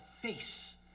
face